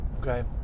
okay